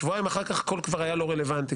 שבועיים אחר כך הכול כבר היה לא רלוונטי.